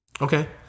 Okay